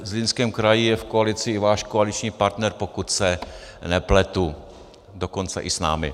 Zlínském kraji je v koalici i váš koaliční partner, pokud se nepletu, dokonce i s námi.